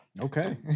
Okay